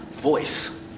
voice